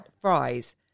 fries